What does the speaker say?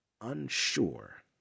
unsure